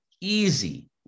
easy